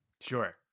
sure